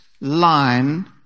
line